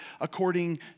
according